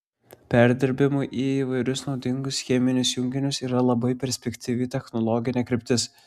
perdirbimui į įvairius naudingus cheminius junginius yra labai perspektyvi technologinė kryptis